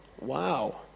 Wow